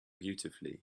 beautifully